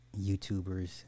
YouTubers